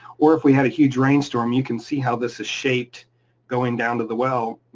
or if we had a huge rain storm, you can see how this is shaped going down to the well,